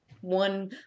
one